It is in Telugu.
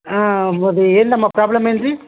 మీది ఏంది అమ్మ ప్రాబ్లం ఏంది